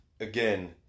again